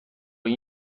این